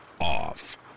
off